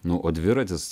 na o dviratis